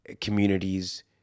communities